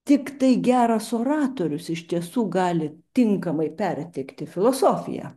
tiktai geras oratorius iš tiesų gali tinkamai perteikti filosofiją